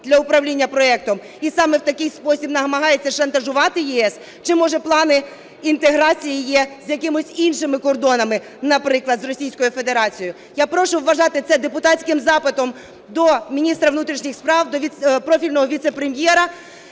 для управління проектом і саме в такий спосіб намагається шантажувати ЄС? Чи може плани інтеграції є з якимись іншими кордонами, наприклад, з Російською Федерацією? Я прошу вважати це депутатським запитом до міністра внутрішніх справ, до профільного віце-прем'єра.